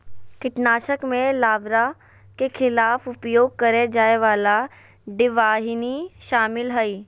कीटनाशक में लार्वा के खिलाफ उपयोग करेय जाय वाला डिंबवाहिनी शामिल हइ